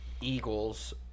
Eagles